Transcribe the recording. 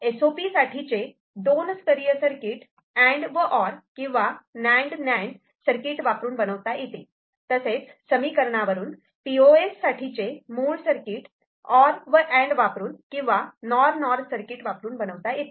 S O P साठीचे दोन स्तरीय सर्किट अँड व अर् किंवा नॅन्ड नॅन्ड सर्किट वापरून बनवता येते तसेच समिकरणावरून पी ओ एस साठीचे मूळ सर्किट अर् व अँड वापरून किंवा नॉर नॉर सर्किट वापरुन बनवता येते